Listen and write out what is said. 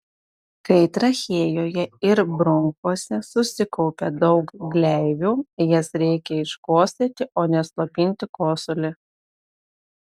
kai trachėjoje ir bronchuose susikaupia daug gleivių jas reikia iškosėti o ne slopinti kosulį